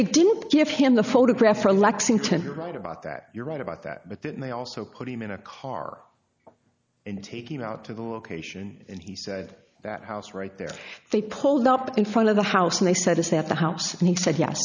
they didn't give him the photograph or lexington right about that you're right about that but that may also put him in a car and take him out to the location and he said that house right there they pulled up in front of the house and they said is that the house and he said ye